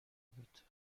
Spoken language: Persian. بود